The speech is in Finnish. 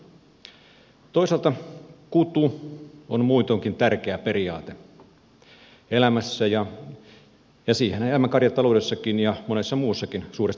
toisaalta kutu on muutoinkin tärkeä periaate elämässä ja siihenhän elämä karjataloudessakin ja monessa muussakin suuresti perustuu